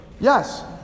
Yes